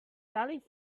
selling